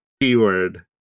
keyword